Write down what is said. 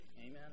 Amen